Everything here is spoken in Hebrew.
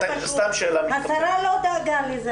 השרה לא דאגה לזה.